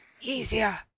Easier